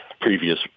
previous